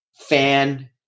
fan